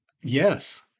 Yes